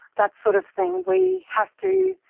that sort of thing, we have to,